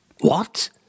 What